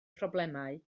problemau